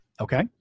Okay